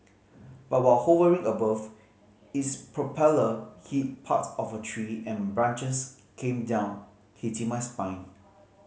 but while hovering above its propeller hit part of a tree and branches came down hitting my spine